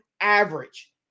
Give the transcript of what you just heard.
average